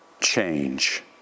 change